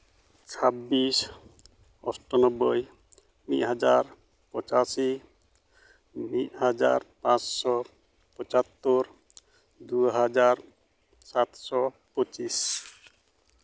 ᱪᱷᱟᱵᱽᱵᱤᱥ ᱚᱥᱴᱚᱱᱚᱵᱽᱵᱳᱭ ᱢᱤᱫ ᱦᱟᱡᱟᱨ ᱯᱚᱸᱪᱟᱥᱤ ᱢᱤᱫ ᱦᱟᱡᱟᱨ ᱯᱟᱸᱥᱥᱳ ᱯᱚᱪᱟᱛᱛᱳᱨ ᱫᱩ ᱦᱟᱡᱟᱨ ᱥᱟᱛᱥᱳ ᱯᱚᱸᱪᱤᱥ